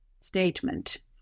statement